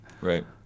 Right